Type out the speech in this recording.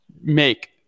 make